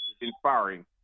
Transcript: inspiring